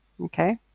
okay